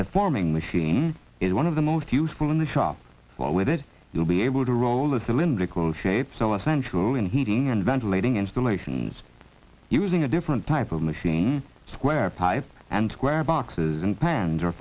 the forming machine is one of the most useful in the shop while with it you'll be able to roll a cylindrical shape so essential in heating and ventilating installations using a different type of machine square pipe and square boxes and pan